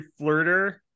flirter